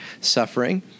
suffering